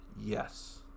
yes